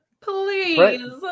Please